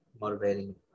motivating